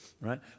Right